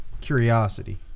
curiosity